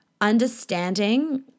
understanding